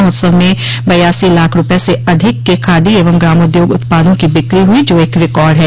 महोत्सव में बयासी लाख रूपये से अधिक के खादी एवं ग्रामोद्योग उत्पादों की बिक्री हुई जो एक रिकार्ड है